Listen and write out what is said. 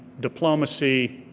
diplomacy,